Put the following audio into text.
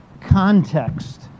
context